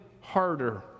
harder